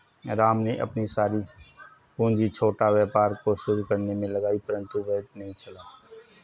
राम ने अपनी सारी पूंजी छोटा व्यापार को शुरू करने मे लगाई परन्तु वह नहीं चला